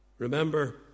Remember